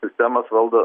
sistemas valdo